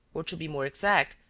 or, to be more exact,